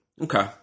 Okay